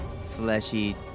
fleshy